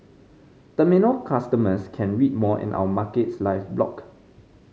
terminal customers can read more in our Markets Live blog